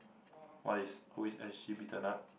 what is who is s_g Peter nut